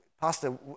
Pastor